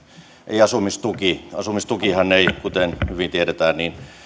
ei asumistuki asumistukihan ei kuten hyvin tiedetään